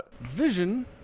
Vision